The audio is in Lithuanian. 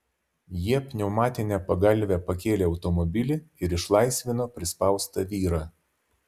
jie pneumatine pagalve pakėlė automobilį ir išlaisvino prispaustą vyrą